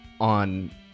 on